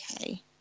okay